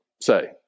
say